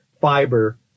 fiber